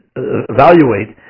evaluate